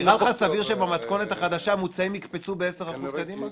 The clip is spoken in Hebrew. נראה לך סביר שבמתכונת החדשה הממוצעים יקפצו 10% קדימה?